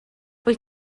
wyt